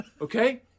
Okay